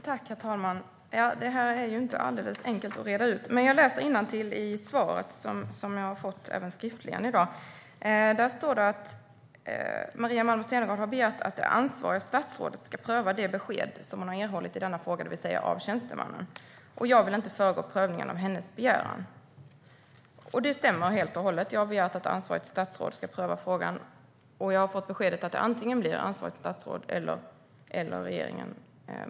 Herr talman! Det här är inte alldeles enkelt att reda ut. Men jag läser innantill i svaret som jag även fått skriftligen i dag. Där står det att Maria Malmer Stenergard har begärt att det ansvariga statsrådet ska pröva det besked som hon har erhållit i denna fråga, det vill säga av tjänstemannen, och jag vill inte föregå prövningen av hennes begäran. Det stämmer helt och hållet att jag har begärt att ansvarigt statsråd ska pröva frågan, och jag har fått beskedet att det antingen blir ansvarigt statsråd eller regeringen.